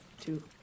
two